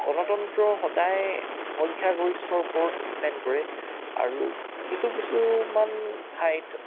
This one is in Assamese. গণতন্ত্ৰ সদায় সংখ্যাগৰিষ্ঠৰ ওপৰত ডিপেণ্ড কৰে আৰু কিছু কিছুমান ঠাইত